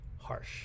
Harsh